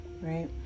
Right